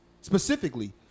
Specifically